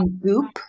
Goop